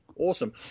Awesome